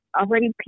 already